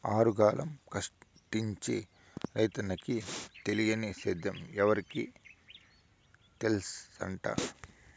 ఆరుగాలం కష్టించి రైతన్నకి తెలియని సేద్యం ఎవరికి తెల్సంట